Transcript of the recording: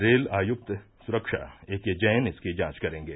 rail आयुक्त सुरक्षा A K Jain इसकी जांच करेंगे